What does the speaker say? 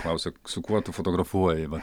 klausia su kuo tu fotografuoji va